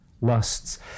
lusts